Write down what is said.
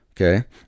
okay